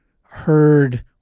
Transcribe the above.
heard